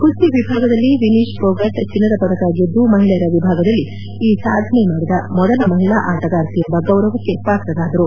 ಕುಸ್ತಿ ವಿಭಾಗದಲ್ಲಿ ವಿನೀತ್ ಪೋಗಟ್ ಚಿನ್ನದ ಪದಕ ಗೆದ್ದು ಮಹಿಳೆಯರ ವಿಭಾಗದಲ್ಲಿ ಈ ಸಾಧನೆ ಮಾಡಿದ ಮೊದಲ ಮಹಿಳಾ ಆಟಗಾರ್ತಿ ಎಂಬ ಗೌರವಕ್ಕೆ ಪಾತ್ರರಾದರು